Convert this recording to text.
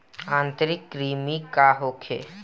आंतरिक कृमि का होखे?